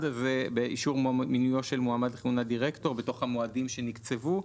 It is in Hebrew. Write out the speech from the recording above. אז באישור מינויו של מועמד לכיהון הדירקטור בתוך המועדים שנקצבו,